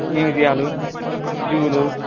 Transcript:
మ్యూజియంలు జూలు